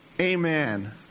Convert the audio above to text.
amen